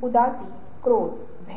हो सकती है